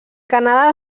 canadà